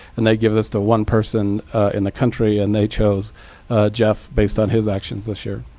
and they give this to one person in the country. and they chose jeff based on his actions this year.